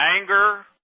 anger